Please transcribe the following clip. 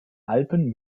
alpen